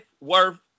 worth